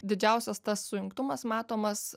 didžiausias tas sujungtumas matomas